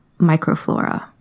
microflora